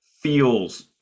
feels